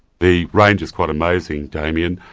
the range is quite amazing, damien.